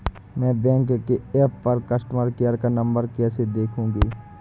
मैं बैंक के ऐप पर कस्टमर केयर का नंबर कैसे देखूंगी?